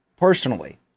personally